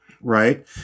right